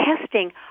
testing